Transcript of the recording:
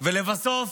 ולבסוף,